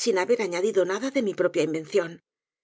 sin haber añadido nada de mi propia invención